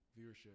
Viewership